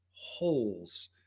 holes